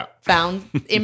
found